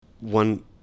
one